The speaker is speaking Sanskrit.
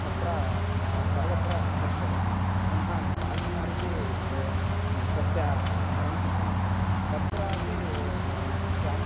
तत्र सर्वत्र दृश्यते पुनः राजकुमारः इति तस्य चलनचित्रमस्ति तत्रापि श्वामि